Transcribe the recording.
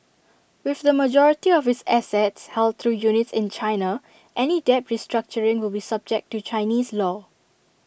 with the majority of its assets held through units in China any debt restructuring will be subject to Chinese law